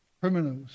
Criminals